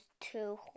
two